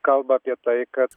kalba apie tai kad